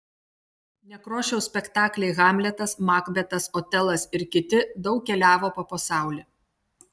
nekrošiaus spektakliai hamletas makbetas otelas ir kiti daug keliavo po pasaulį